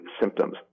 symptoms